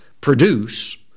produce